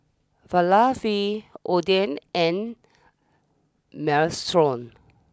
Falafel Oden and Minestrone